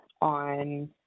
on